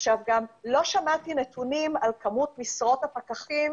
גם לא שמעתי נתונים על כמות משרות הפקחים